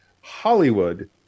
Hollywood